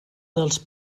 dels